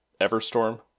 Everstorm